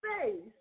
face